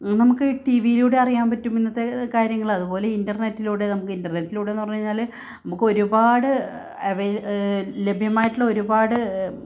നമുക്ക് ടി വിയിലൂടെ അറിയാൻ പറ്റും ഇന്നത്തെ കാര്യങ്ങൾ അതുപോലെ ഇൻ്റർനെറ്റിലൂടെ നമുക്ക് ഇൻ്റർനെറ്റിലൂടെയെന്ന് പറഞ്ഞുകഴിഞ്ഞാൽ നമുക്ക് ഒരുപാട് ലഭ്യമായിട്ടുള്ള ഒരുപാട്